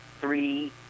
three